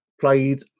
played